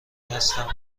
هستم